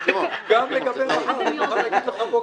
גם לגבי מחר אני מוכן להגיד לך בוקר טוב.